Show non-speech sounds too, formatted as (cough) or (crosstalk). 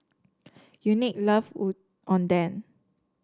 Unique love (unintelligible) Oden